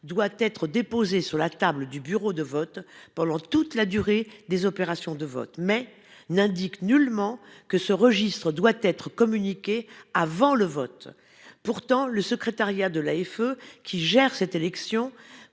reste déposée sur la table du bureau de vote pendant toute la durée des opérations de vote, mais ne prévoit nullement que ce registre doive être communiqué avant le vote. Pourtant, le secrétariat de l'Assemblée des